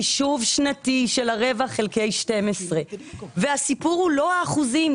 חישוב שנתי של הרבע חלקי 12. והסיפור הוא לא האחוזים,